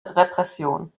repression